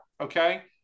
okay